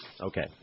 Okay